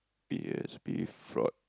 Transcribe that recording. P_O_S_B fraud